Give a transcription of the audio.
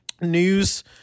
news